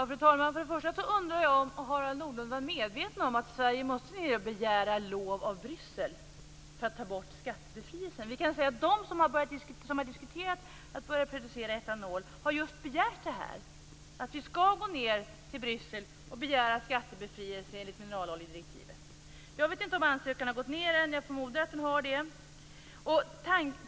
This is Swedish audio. Fru talman! Först och främst undrar jag om Harald Nordlund var medveten om att Sverige måste begära lov av Bryssel för att kunna få skattebefrielse. De som har diskuterat att börja producera etanol har just begärt att vi skall gå till Bryssel och söka skattebefrielse enligt mineraloljedirektivet. Jag vet inte om ansökan har gått ned ännu, jag förmodar att den har gjort det.